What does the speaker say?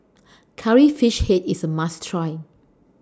Curry Fish Head IS A must Try